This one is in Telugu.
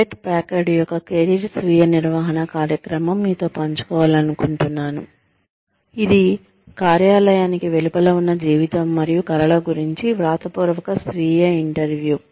హ్యూలెట్ ప్యాకర్డ్Hewlett Packard's యొక్క కెరీర్ స్వీయ నిర్వహణ కార్యక్రమం మీతో పంచుకోవాలనుకుంటున్నాను ఇది కార్యాలయానికి వెలుపల ఉన్న జీవితం మరియు కలల గురించి వ్రాతపూర్వక స్వీయ ఇంటర్వ్యూ